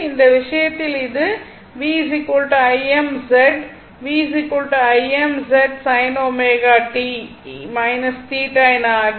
இந்த விஷயத்திலும் இது v Im Z v Im Z sin ω t θ என ஆகிறது